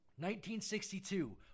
1962